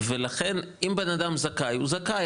ולכן אם בן אדם זכאי, הוא זכאי.